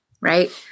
right